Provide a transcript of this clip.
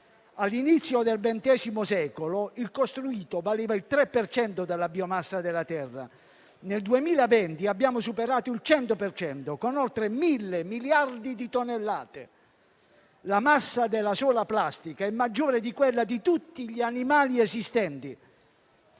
All'inizio del ventesimo secolo il costruito valeva il 3 per cento della biomassa della terra; nel 2020 abbiamo superato il 100 per cento, con oltre 1.000 miliardi di tonnellate. La massa della sola plastica è maggiore di quella di tutti gli animali esistenti.